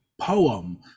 poem